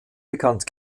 bekannt